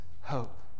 hope